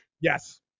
Yes